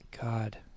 god